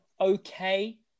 okay